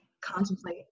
contemplate